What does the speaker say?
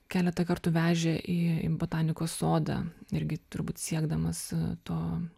keletą kartų vežė į į botanikos sodą irgi turbūt siekdamas to